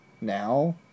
Now